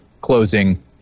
closing